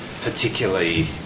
particularly